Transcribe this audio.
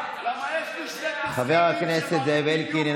חבר הכנסת זאב אלקין,